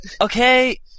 Okay